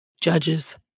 Judges